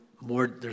more